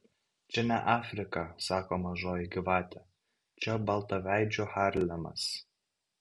čia ne afrika sako mažoji gyvatė čia baltaveidžių harlemas